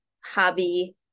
hobby